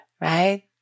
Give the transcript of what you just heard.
right